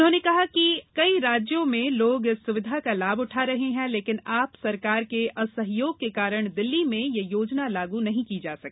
उन्होंने कहा कि कई राज्यों में लोग इस सुविधा का लाभ उठा रहे हैं लेकिन आप सरकार के असहयोग के कारण दिल्ली में यह योजना लागू नहीं की जा सकी